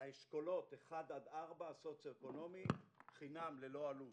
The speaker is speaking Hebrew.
האשכולות 1 עד 4 סוציו אקונומי - חינם ללא עלות.